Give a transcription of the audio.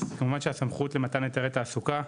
אז כמובן שהסמכות למתן היתרי תעסוקה